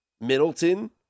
Middleton